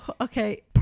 Okay